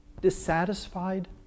dissatisfied